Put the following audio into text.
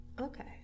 Okay